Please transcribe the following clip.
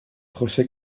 josé